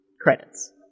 credits